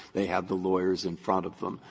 they have the lawyers in front of them.